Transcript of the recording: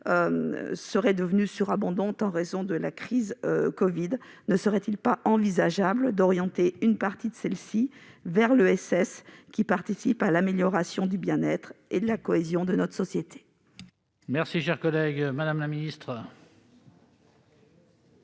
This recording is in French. serait devenue surabondante en raison de la crise du covid-19, ne serait-il pas envisageable d'orienter une partie de cette épargne vers l'ESS, qui participe à l'amélioration du bien-être et de la cohésion de notre société ? La parole est à Mme la secrétaire